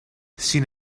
sin